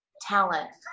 talent